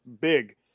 big